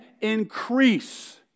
increase